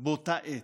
באותה עת.